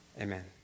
Amen